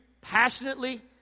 passionately